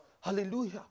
Hallelujah